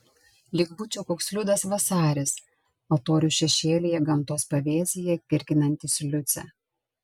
lyg būčiau koks liudas vasaris altorių šešėlyje gamtos pavėsyje kirkinantis liucę